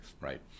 right